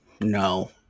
no